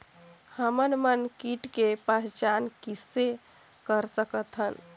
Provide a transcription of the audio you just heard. हमन मन कीट के पहचान किसे कर सकथन?